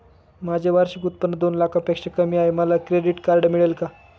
माझे वार्षिक उत्त्पन्न दोन लाखांपेक्षा कमी आहे, मला क्रेडिट कार्ड मिळेल का?